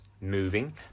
moving